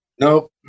Nope